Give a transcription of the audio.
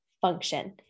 function